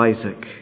Isaac